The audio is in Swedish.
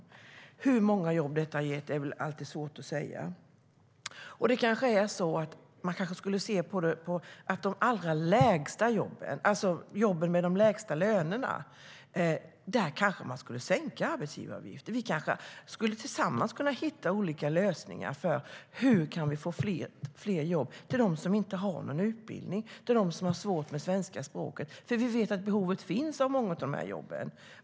Men hur många jobb detta har gett är alltid svårt att säga. Man kanske skulle se på det så att man för jobben med de lägsta lönerna skulle sänka arbetsgivaravgifterna. Vi kanske tillsammans skulle kunna hitta olika lösningar på hur vi kan få fler jobb till dem som inte har någon utbildning, till dem som har svårt med svenska språket. Vi vet ju att det finns behov av många av de här jobben.